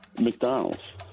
McDonald's